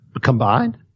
Combined